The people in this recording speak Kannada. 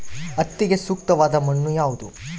ಹತ್ತಿಗೆ ಸೂಕ್ತವಾದ ಮಣ್ಣು ಯಾವುದು?